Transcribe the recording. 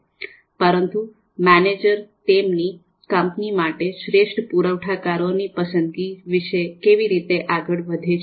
પરંતુ મેનેજર તેમની કંપની માટે શ્રેષ્ઠ પુરવઠાકારોની પસંદગી વિશે કેવી રીતે આગળ વધે છે